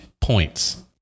points